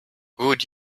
would